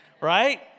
right